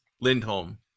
Lindholm